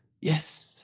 yes